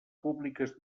públiques